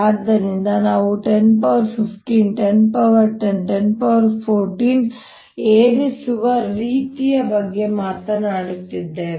ಆದ್ದರಿಂದ ನಾವು 10 15 10 10 10 14 ಏರಿಸುವ ರೀತಿಯ ಬಗ್ಗೆ ಮಾತನಾಡುತ್ತಿದ್ದೇವೆ